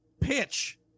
pitch